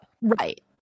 right